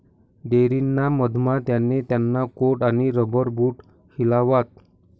dairy ना मधमा त्याने त्याना कोट आणि रबर बूट हिलावात